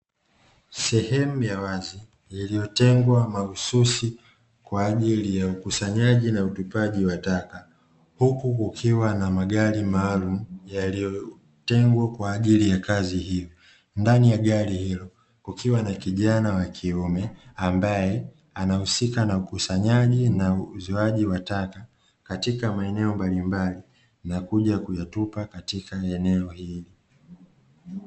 Sehemu ya wazi iiyotengwa kwa mahususi kwa ajili ya ukusanyaji na utupaji wa taka huku kukiwa na magari maalumu yaliyotengwa kwa ajili ya kazi hiyo, ndani ya gari hilo kukiwa na kijana wa kiume ambaye anahusika na ukusanyaji na uzoaji wa taka katika maeneo mbalimbali na kuja kuyatupa katika eneo hilo.